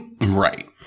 Right